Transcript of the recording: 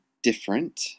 different